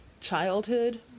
childhood